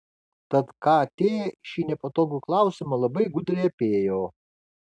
tad kt šį nepatogų klausimą labai gudriai apėjo